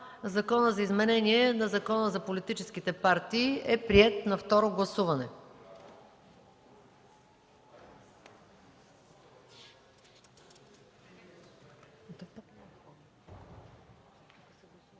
Законът за изменение на Закона за политическите партии е приет на второ гласуване.